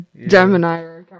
Gemini